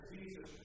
Jesus